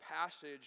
passage